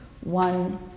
one